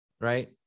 right